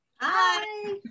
Hi